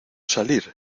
salir